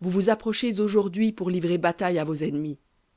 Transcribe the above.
vous vous approchez aujourd'hui pour livrer bataille à vos ennemis